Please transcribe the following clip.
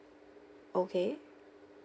okay